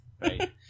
Right